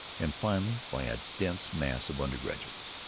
and finally by a dense mass of undergraduates.